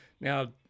Now